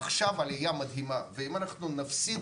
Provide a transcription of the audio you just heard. עכשיו העלייה גם מדהימה ואם אנחנו נפסיד